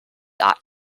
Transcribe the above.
ought